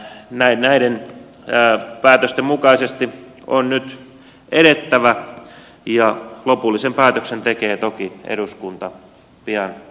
mutta näiden päätösten mukaisesti on nyt edettävä ja lopullisen päätöksen tekee toki eduskunta pian äänestyksessä